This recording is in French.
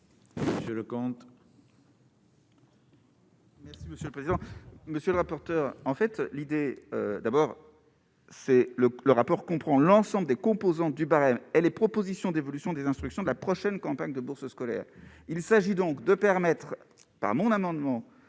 monsieur le président, monsieur le rapporteur, en fait, l'idée d'abord. C'est le le rapport comprend l'ensemble des composantes du barème et les propositions d'évolution des instructions de la prochaine campagne de bourses scolaires il s'agit donc de permettre par mon amendement